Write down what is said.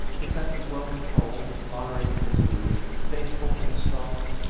his senses well controlled, moderate in his food, faithful and strong,